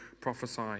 prophesy